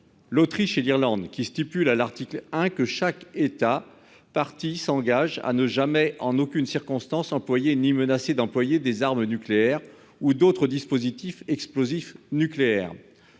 L'Autriche et l'Irlande qui stipule à l'article 1, que chaque État partie s'engage à ne jamais en aucune circonstance employer ni menacé d'employer des armes nucléaires ou d'autres dispositifs explosifs nucléaires.